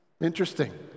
Interesting